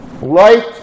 light